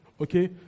Okay